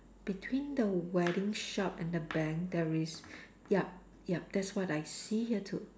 between the wedding shop and the bank there is yup yup that's what I see here too